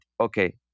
okay